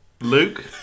Luke